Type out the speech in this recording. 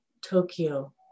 Tokyo